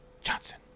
Johnson